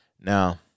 Now